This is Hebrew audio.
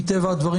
מטבע הדברים,